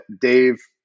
Dave